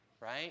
Right